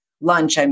lunch